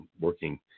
working